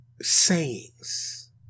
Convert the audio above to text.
sayings